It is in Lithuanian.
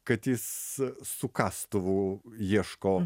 kad jis su kastuvu ieško